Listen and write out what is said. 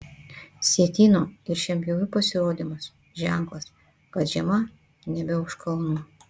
sietyno ir šienpjovių pasirodymas ženklas kad žiema nebe už kalnų